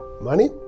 money